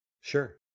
sure